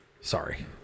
Sorry